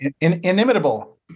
inimitable